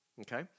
Okay